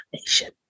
nation